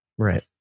Right